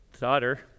daughter